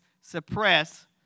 suppress